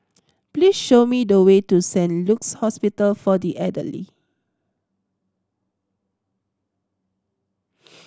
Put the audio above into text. please show me the way to Saint Luke's Hospital for the Elderly